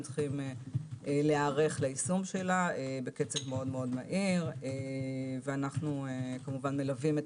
הם צריכים להיערך ליישומה בקצב מאוד מהיר ואנו מלווים את